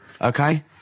Okay